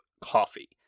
Coffee